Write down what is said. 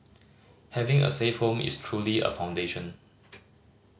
having a safe home is truly a foundation